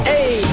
Hey